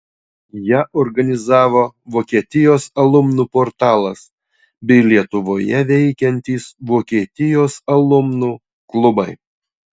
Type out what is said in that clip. ją organizavo vokietijos alumnų portalas bei lietuvoje veikiantys vokietijos alumnų klubai